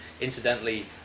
incidentally